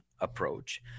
approach